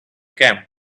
camp